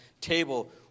table